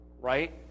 right